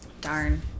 Darn